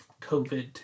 COVID